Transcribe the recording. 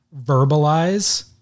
verbalize